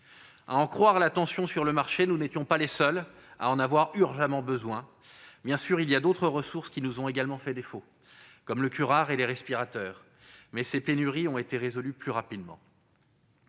À en croire la tension sur le marché, nous n'étions pas les seuls à en avoir urgemment besoin. Bien sûr, d'autres ressources nous ont fait défaut, comme le curare et les respirateurs, mais ces pénuries ont été résolues plus rapidement.